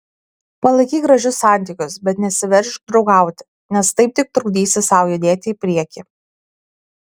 palaikyk gražius santykius bet nesiveržk draugauti nes taip tik trukdysi sau judėti į priekį